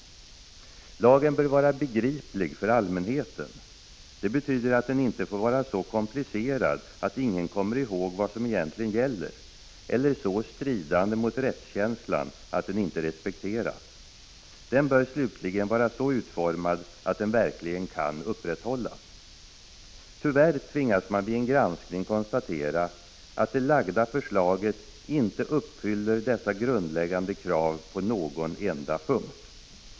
SR Fonear Lagen bör vara begriplig för allmänheten. Det betyder att den inte får vara kulturföremål så komplicerad att ingen kommer ihåg vad som egentligen gäller eller så stridande mot rättskänslan att den inte respekteras. Den bör slutligen vara så utformad att den verkligen kan upprätthållas. Tyvärr tvingas man vid en granskning konstatera att det lagda förslaget inte uppfyller dessa grundläggande krav på någon enda punkt.